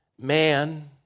Man